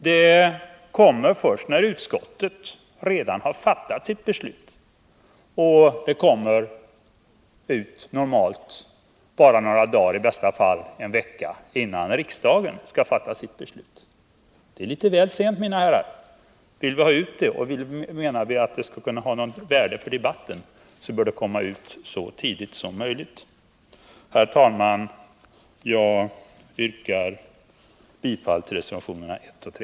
utan den kommer först när utskottet redan har fattat sitt beslut och bara några dagar, i bästa fall en vecka, innan riksdagen skall fatta sitt beslut. Det är litet väl sent, mina herrar! Vill vi ha ut informationen och menar vi att den skall kunna vara av något värde för debatten, så bör den komma ut så tidigt som möjligt. Herr talman! Jag yrkar bifall till reservationerna 1 och 3.